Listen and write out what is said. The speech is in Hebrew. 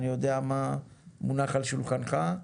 אני יודע מה מונח על שולחנך,